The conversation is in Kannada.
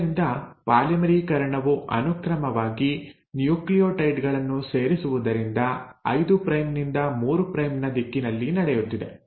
ಆದ್ದರಿಂದ ಪಾಲಿಮರೀಕರಣವು ಅನುಕ್ರಮವಾಗಿ ನ್ಯೂಕ್ಲಿಯೋಟೈಡ್ ಗಳನ್ನು ಸೇರಿಸುವುದರಿಂದ 5 ಪ್ರೈಮ್ ನಿಂದ 3 ಪ್ರೈಮ್ ನ ದಿಕ್ಕಿನಲ್ಲಿ ನಡೆಯುತ್ತಿದೆ